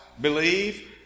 believe